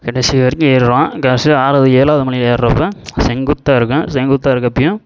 கடைசி வரைக்கும் ஏறுவோம் கடைசியில் ஆறாவது ஏழாவது மலை ஏறுறப்ப செங்குத்தாக இருக்கும் செங்குத்தாக இருக்கப்பயும்